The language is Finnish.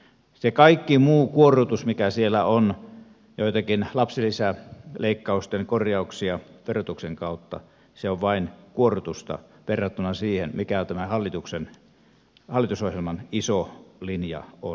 se kaikki muu kuorrutus mikä siellä on joitakin lapsilisäleikkausten korjauksia verotuksen kautta on vain kuorrutusta verrattuna siihen mikä tämän hallitusohjelman iso linja on